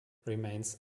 remains